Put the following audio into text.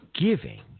giving